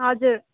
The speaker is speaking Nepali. हजुर